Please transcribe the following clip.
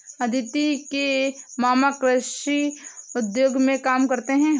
अदिति के मामा कृषि उद्योग में काम करते हैं